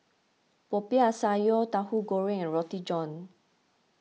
Popiah Sayur Tahu Goreng and Roti John